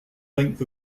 length